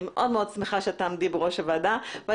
מאוד מאוד שמחה שתעמדי בראש ועדת המשנה.